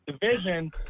division